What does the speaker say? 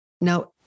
Now